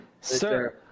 Sir